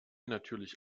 natürlich